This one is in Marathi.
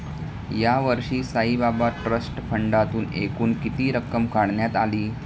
यावर्षी साईबाबा ट्रस्ट फंडातून एकूण किती रक्कम काढण्यात आली?